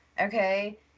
okay